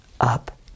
up